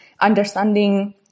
understanding